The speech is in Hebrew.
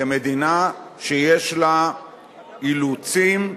כמדינה שיש לה אילוצים,